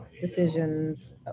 decisions